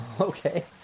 Okay